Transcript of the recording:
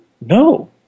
no